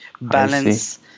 Balance